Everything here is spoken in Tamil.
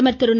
பிரதமர் திரு